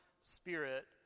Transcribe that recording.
spirit